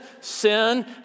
sin